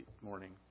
morning